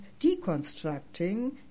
deconstructing